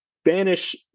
Spanish